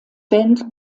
band